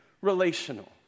relational